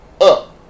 up